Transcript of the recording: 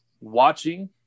watching